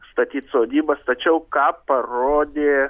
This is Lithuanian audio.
statyt sodybas tačiau ką parodė